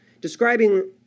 describing